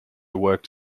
worked